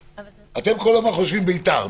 אתם כל הזמן חושבים ביתר,